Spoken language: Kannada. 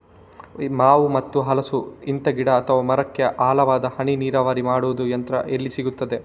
ಮಾವು ಮತ್ತು ಹಲಸು, ಇಂತ ಗಿಡ ಅಥವಾ ಮರಕ್ಕೆ ಆಳವಾದ ಹನಿ ನೀರಾವರಿ ಮಾಡುವ ಯಂತ್ರ ಎಲ್ಲಿ ಸಿಕ್ತದೆ?